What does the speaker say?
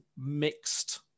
mixed